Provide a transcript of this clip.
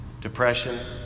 Depression